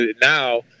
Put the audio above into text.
Now